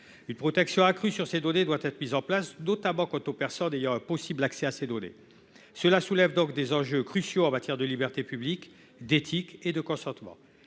Une protection accrue de ces données doit être mise en place, notamment quant aux personnes ayant accès à ces données. Cela soulève donc des enjeux cruciaux en matière de libertés publiques, d'éthique et de consentement.